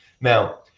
now